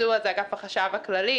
הביצוע זה אגף החשב הכללי.